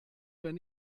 wenn